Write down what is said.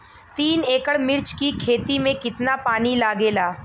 तीन एकड़ मिर्च की खेती में कितना पानी लागेला?